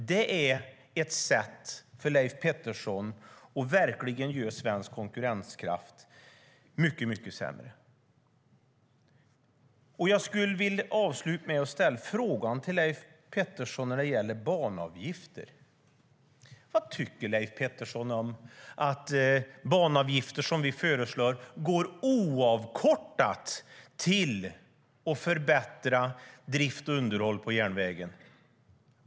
Det är ett sätt för Leif Pettersson att verkligen göra svensk konkurrenskraft mycket sämre. Jag skulle vilja avsluta med att ställa en fråga till Leif Pettersson när det gäller banavgifter. Vad tycker Leif Pettersson om att banavgifter som vi föreslår oavkortat går till att förbättra drift och underhåll på järnvägen?